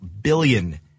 billion